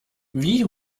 wie